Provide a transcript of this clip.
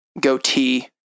goatee